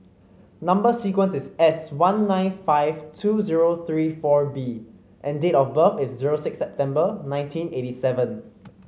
number sequence is S one nine five two zero three four B and date of birth is zero six September nineteen eighty seven